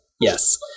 Yes